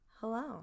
hello